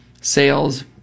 sales